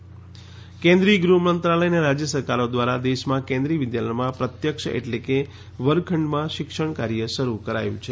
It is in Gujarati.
કેન્દ્રિય વિદ્યાલય કેન્દ્રીય ગૃહમંત્રાલય અને રાજ્ય સરકારો દ્વારા દેશમાં કેન્દ્રિય વિદ્યાલયમાં પ્રત્યક્ષ એટલે કે વર્ગખંડમાં શિક્ષણ શરૂ કરાયું છે